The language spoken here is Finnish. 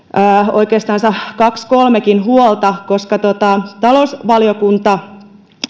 oikeastansa kaksi kolmekin huolta talousvaliokunta